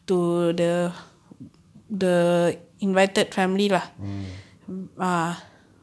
mm